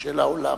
של העולם.